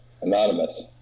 anonymous